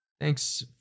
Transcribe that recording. Thanks